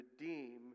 redeem